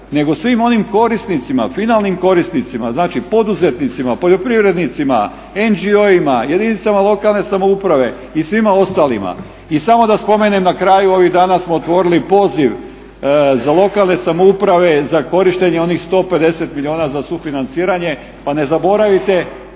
nego svim onim korisnicima, finalnim korisnicima znači poduzetnicima, poljoprivrednicima, NGO-ima, jedinicama lokalne samouprave i svima ostalima. I samo da spomenem na kraju ovih dana smo otvorili poziv za lokalne samouprave, za korištenje onih 150 milijuna za sufinanciranje, pa ne zaboravite